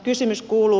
kysymys kuuluu